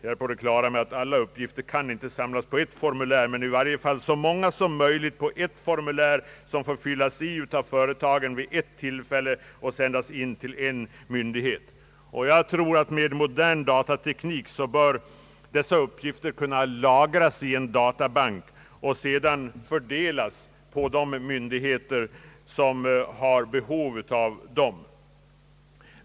Jag förstår att inte alla uppgifter kan samlas på ett formulär som fylls i vid ett tillfälle och sänds in till en myndighet. Men man bör söka åstadkomma ett gemensamt cirkulär för så många uppgifter som möjligt. Med modern datateknik bör dessa uppgifter kunna lagras i en databank och sedan fördelas på de myndigheter som har behov av dem.